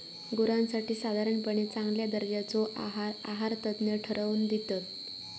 गुरांसाठी साधारणपणे चांगल्या दर्जाचो आहार आहारतज्ञ ठरवन दितत